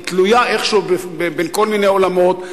היא תלויה איכשהו בין כל מיני עולמות,